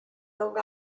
long